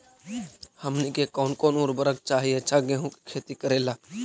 हमनी के कौन कौन उर्वरक चाही अच्छा गेंहू के खेती करेला?